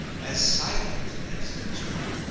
as silent as the tomb.